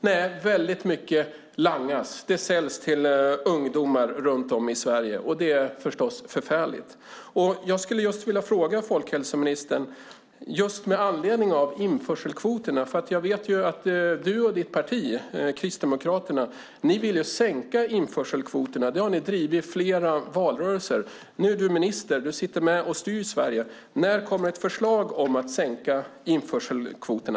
Nej, mycket langas. Den säljs till ungdomar runt om i Sverige, och det är förstås förfärligt. Jag vet att folkhälsoministern och hennes parti Kristdemokraterna vill sänka införselkvoterna. Den frågan har de drivit i flera valrörelser. Nu är Maria Larsson minister och med och styr Sverige. Jag skulle därför vilja fråga folkhälsoministern när det kommer ett förslag om att sänka införselkvoterna.